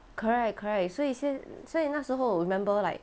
correct correct 所以先所以那时候 remember like